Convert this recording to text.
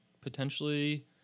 potentially